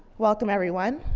welcome, everyone.